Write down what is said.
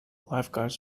lifeguards